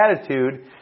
attitude